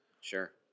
Sure